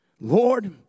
Lord